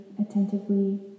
attentively